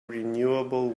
renewable